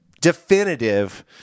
definitive